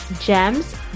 gems